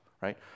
right